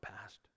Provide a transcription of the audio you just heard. past